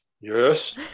yes